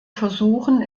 versuchen